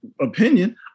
opinion